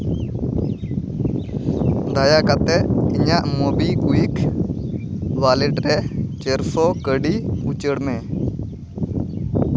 ᱫᱟᱭᱟ ᱠᱟᱛᱮᱫ ᱤᱧᱟᱹᱜ ᱢᱳᱵᱤᱠᱩᱭᱤᱠ ᱚᱣᱟᱞᱮ ᱴ ᱨᱮ ᱪᱟᱨᱥᱚ ᱠᱟᱹᱣᱰᱤ ᱩᱪᱟᱹᱲ ᱢᱮ